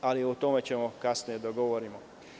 ali o tome ćemo kasnije govoriti.